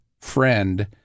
friend